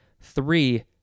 Three